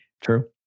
true